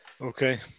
Okay